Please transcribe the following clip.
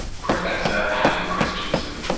professor helen christensen.